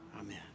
Amen